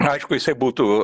aišku jisai būtų